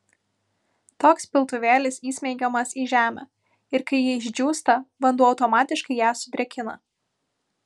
toks piltuvėlis įsmeigiamas į žemę ir kai ji išdžiūsta vanduo automatiškai ją sudrėkina